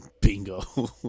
Bingo